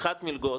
אחת, מלגות.